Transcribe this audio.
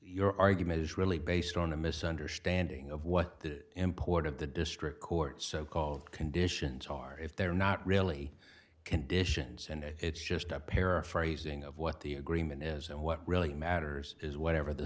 your argument is really based on a misunderstanding of what the import of the district court so called conditions are if there are not really conditions and it's just a paraphrasing of what the agreement is and what really matters is whatever the